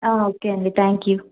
okay అండి thank you